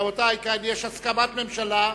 רבותי, יש הסכמת ממשלה,